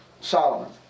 Solomon